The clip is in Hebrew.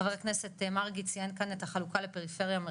ח"כ מרגי ציין כאן את החלוקה לפריפריה/מרכז